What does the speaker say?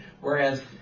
Whereas